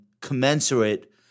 commensurate-